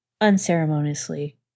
unceremoniously